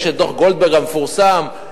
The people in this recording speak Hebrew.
יש דוח-גולדברג המפורסם,